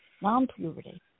non-puberty